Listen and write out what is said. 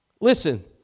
Listen